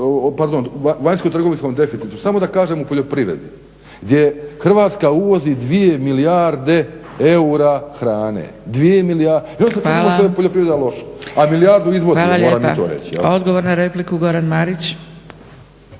Dragica (SDP)** Odgovor na repliku, Goran Marić.